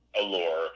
allure